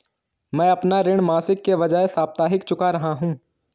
मैं अपना ऋण मासिक के बजाय साप्ताहिक चुका रहा हूँ